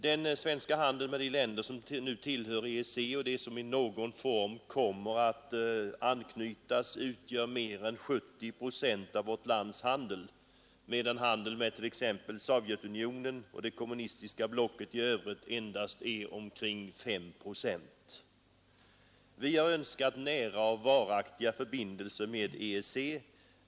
Den svenska handeln med de länder som nu tillhör EEC och de som i någon form kommer att anknytas utgör mer än 70 procent av vårt lands handel, medan handeln med t.ex. Sovjetunionen och det kommunistiska blocket i övrigt endast är omkring 5 procent. Vi har önskat nära och varaktiga förbindelser med EEC.